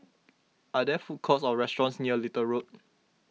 are there food courts or restaurants near Little Road